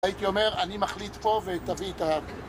הייתי אומר, אני מחליט פה, ותביאי את ה...